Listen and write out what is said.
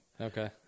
Okay